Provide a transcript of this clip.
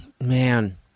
Man